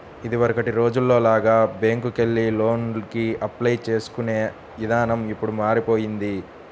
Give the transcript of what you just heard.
ఇదివరకటి రోజుల్లో లాగా బ్యేంకుకెళ్లి లోనుకి అప్లై చేసుకునే ఇదానం ఇప్పుడు మారిపొయ్యింది